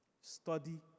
Study